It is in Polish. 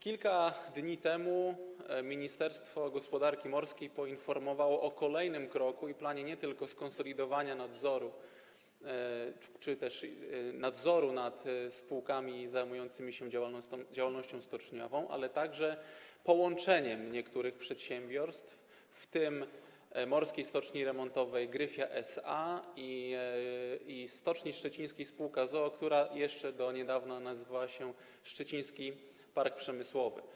Kilka dni temu ministerstwo gospodarki morskiej poinformowało o kolejnym kroku i planie, nie tylko skonsolidowania nadzoru nad spółkami zajmującymi się działalnością stoczniową, ale także połączenia niektórych przedsiębiorstw, w tym Morskiej Stoczni Remontowej Gryfia SA i Stoczni Szczecińskiej sp. z o.o., która do niedawna nazywała się Szczeciński Park Przemysłowy.